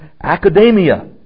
academia